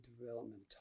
development